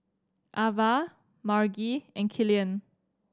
Avah Margie and Killian